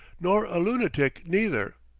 nor a loonatic, neither.